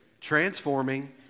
transforming